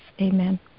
Amen